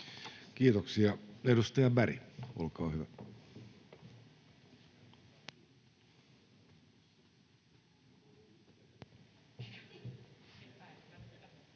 Kiitoksia. — Edustaja Berg, olkaa hyvä.